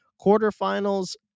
Quarterfinals